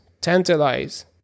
tantalize